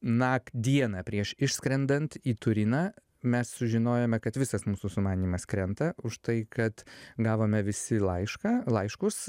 nak dieną prieš išskrendant į turiną mes sužinojome kad visas mūsų sumanymas krenta už tai kad gavome visi laišką laiškus